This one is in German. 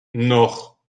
noch